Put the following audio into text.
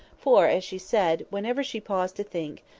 for, as she said, whenever she paused to think,